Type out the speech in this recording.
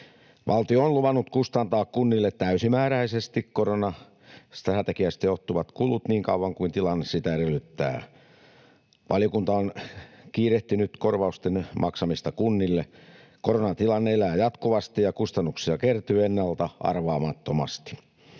Valtio on luvannut kustantaa kunnille täysimääräisesti koronastrategiasta johtuvat kulut niin kauan kuin tilanne sitä edellyttää. Valiokunta on kiirehtinyt korvausten maksamista kunnille. Koronatilanne elää jatkuvasti, ja kustannuksia kertyy ennalta-arvaamattomasti.